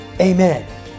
amen